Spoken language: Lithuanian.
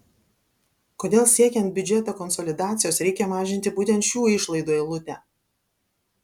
kodėl siekiant biudžeto konsolidacijos reikia mažinti būtent šių išlaidų eilutę